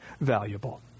valuable